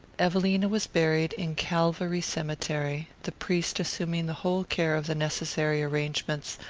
evelina was buried in calvary cemetery, the priest assuming the whole care of the necessary arrangements,